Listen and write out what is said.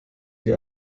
die